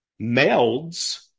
melds